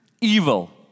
evil